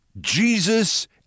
Jesus